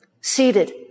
seated